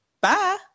Bye